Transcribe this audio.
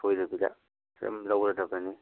ꯁꯣꯏꯗꯕꯤꯗ ꯑꯗꯨꯝ ꯂꯧꯔꯗꯕꯅꯤ